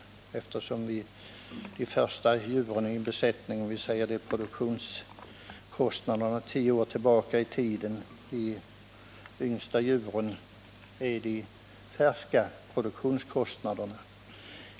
De första djuren i en besättning representerar ju produktionskostnaderna för t.ex. tio år sedan, medan de yngsta djuren motsvarar de färska produktionskostnaderna.